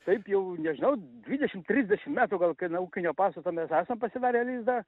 taip jau nežinau dvidešimt trisdešimt metų gal nuo ūkinio pastato mes esam pasidarę lizdą